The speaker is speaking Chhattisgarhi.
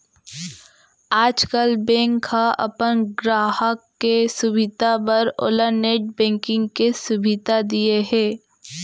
आजकाल बेंक ह अपन गराहक के सुभीता बर ओला नेट बेंकिंग के सुभीता दिये हे